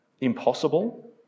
impossible